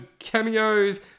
cameos